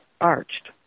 arched